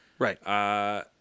Right